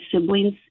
siblings